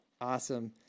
awesome